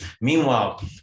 Meanwhile